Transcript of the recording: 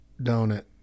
Donut